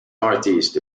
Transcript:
northeast